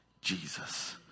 Jesus